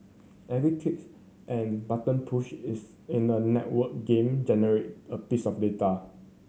every clicks and button push is in a networked game generate a piece of data